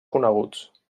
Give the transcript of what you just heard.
coneguts